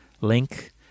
link